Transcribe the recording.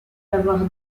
l’avoir